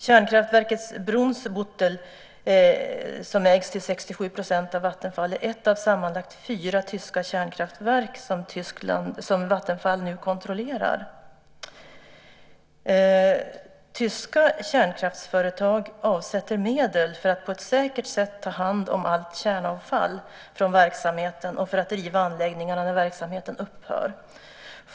Kärnkraftverket Brunsbüttel som ägs till 67 % av Vattenfall är ett av sammanlagt fyra tyska kärnkraftverk som Vattenfall nu kontrollerar. Tyska kärnkraftsföretag avsätter medel för att på ett säkert sätt ta hand om allt kärnavfall från verksamheten och för att riva anläggningarna när verksamheten upphör.